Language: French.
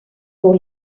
pour